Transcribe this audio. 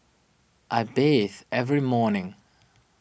I bathe every morning